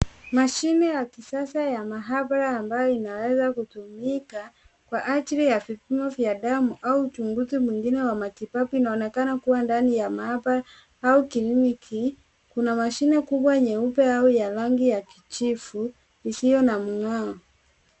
Mashine ya kisasa ya maabara ambayo inaweza kutumika kwa ajili ya vipimo vya damu au uchunguzi mwingine wa matibabu. Inaonekana kuwa ndani ya maabara au kliniki. Kuna mashine kubwa nyeupe au ya rangi ya kijivu isiyo na mng'ao.